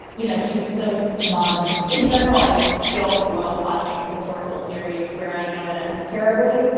you know, she's so smug in general. i don't love watching historical series where i know it ends terribly.